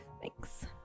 Thanks